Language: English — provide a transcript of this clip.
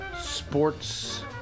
sports